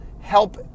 help